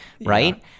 right